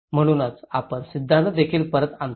म्हणूनच आपण सिद्धांत देखील परत आणतो